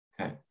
okay